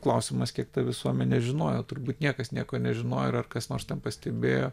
klausimas kiek ta visuomenė žinojo turbūt niekas nieko nežinojo ir ar kas nors ten pastebėjo